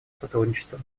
сотрудничества